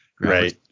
Right